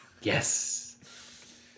Yes